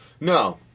No